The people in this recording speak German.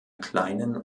kleinen